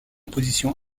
position